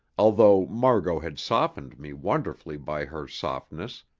although margot had softened me wonderfully by her softness,